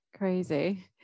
Crazy